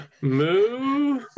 moo